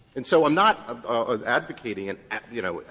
and so i'm not ah advocating an you know,